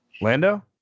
Lando